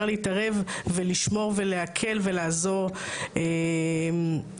להתערב ולשמור ולהקל ולעזור לקהילה.